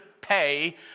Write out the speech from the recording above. pay